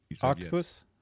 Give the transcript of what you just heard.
Octopus